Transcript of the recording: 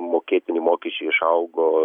mokėtini mokesčiai išaugo